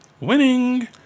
winning